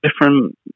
different